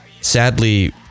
sadly